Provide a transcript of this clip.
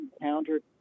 encountered